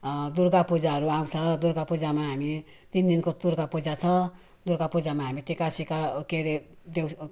दुर्गा पूजाहरू आउँछ दुर्गा पूजामा हामी तिन दिनको दुर्गा पूजा छ दुर्गा पूजामा हामी टिका सिका ओ के अरे देऊ